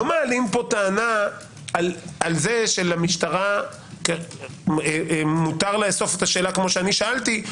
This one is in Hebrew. מעלים פה טענה על זה שלמשטרה מותר לאסוף את השאלה כפי ששאלתי,